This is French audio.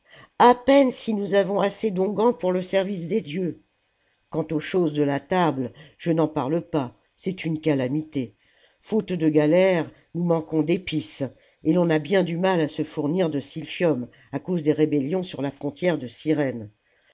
à peine si salammbô j nous avons assez d'onguents pour le service des dieux quant aux choses de la table je n'en parle pas c'est une calamité faute de galères nous manquons d'épices et l'on a bien du mal à se fournir de silphium à cause des rébellions sur la frontière de cyrène